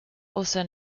also